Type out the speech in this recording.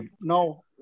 no